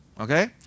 okay